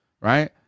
right